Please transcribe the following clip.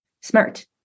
smart